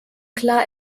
klar